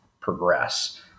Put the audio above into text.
progress